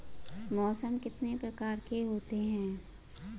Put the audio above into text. मौसम कितने प्रकार के होते हैं?